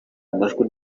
amajwi